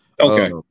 Okay